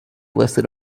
listed